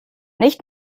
nicht